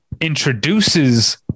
introduces